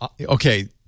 okay